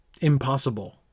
impossible